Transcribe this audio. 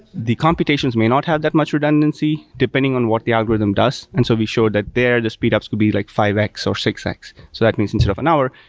the computations may not have that much redundancy depending on what the algorithm does. and so we showed that there the speed ups could be like five x or six x. so that means instead of an hour,